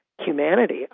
humanity